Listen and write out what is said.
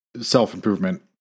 self-improvement